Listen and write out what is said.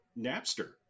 Napster